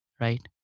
right